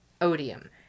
Odium